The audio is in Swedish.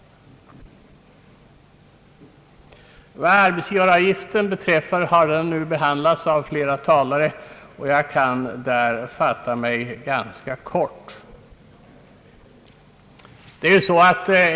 Arbetsgivaravgiften har behandlats av flera talare, varför jag kan fatta mig ganska kort om den.